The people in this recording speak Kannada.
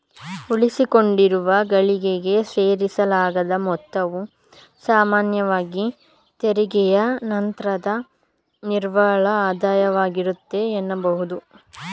ಉಳಿಸಿಕೊಂಡಿರುವ ಗಳಿಕೆಗೆ ಸೇರಿಸಲಾದ ಮೊತ್ತವು ಸಾಮಾನ್ಯವಾಗಿ ತೆರಿಗೆಯ ನಂತ್ರದ ನಿವ್ವಳ ಆದಾಯವಾಗಿರುತ್ತೆ ಎನ್ನಬಹುದು